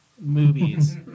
movies